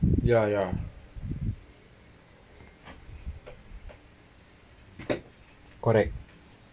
ya ya correct